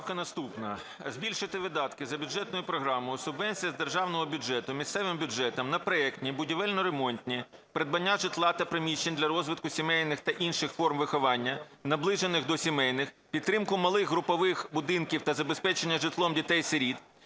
Поправка наступна. Збільшити видатки за бюджетною програмою "Субвенція з державного бюджету місцевим бюджетам на проектні, будівельно-ремонтні, придбання житла та приміщень для розвитку сімейних та інших форм виховання, наближених до сімейних, підтримку малих групових будинків та забезпечення житлом дітей-сиріт,